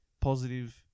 positive